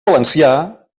valencià